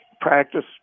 practice –